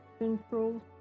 Central